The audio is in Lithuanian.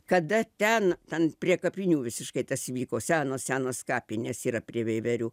kada ten ten prie kapinių visiškai tas vyko senos senos kapinės yra prie veiverių